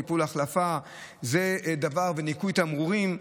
טיפול החלפה וניקוי תמרורים,